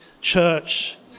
church